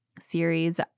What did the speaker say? series